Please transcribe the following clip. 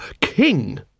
king